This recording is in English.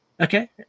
Okay